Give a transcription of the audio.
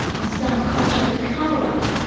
a staff culture of cover-up,